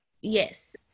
Yes